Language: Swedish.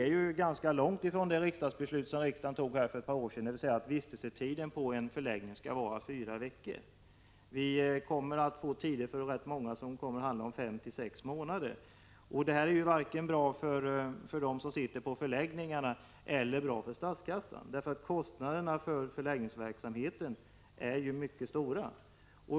Vi är ganska långt från det beslut som riksdagen fattade för ett par år sedan, att vistelsetiden på en förläggning skall vara fyra veckor. Det kommer i många fall att bli fråga om vistelsetider på mellan fem och sex månader. Detta är inte bra vare sig för dem som vistas i förläggningarna eller för statskassan, eftersom kostnaderna för förläggningsverksamheten är mycket stora.